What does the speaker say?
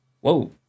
whoa